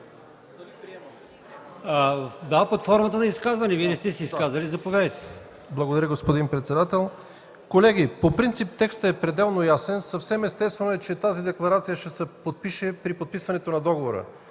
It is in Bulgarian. под формата на изказване, Вие не сте се изказвали. Заповядайте. ДОКЛАДЧИК РУМЕН ГЕЧЕВ: Благодаря, господин председател. Колеги, по принцип текстът е пределно ясен. Съвсем естествено е, че тази декларация ще се подпише при подписването на договора.